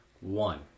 One